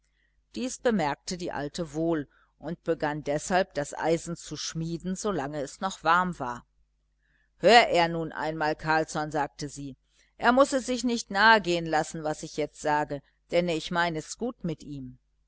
dies bemerkte die alte wohl und begann deshalb das eisen zu schmieden solange es noch warm war hör er nun einmal carlsson sagte sie er muß es sich nicht nahegehen lassen was ich jetzt sage denn ich meine es gut mit ihm